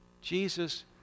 Jesus